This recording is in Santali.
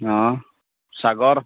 ᱦᱮᱸ ᱥᱟᱜᱚᱨ